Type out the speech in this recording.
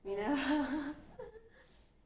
we never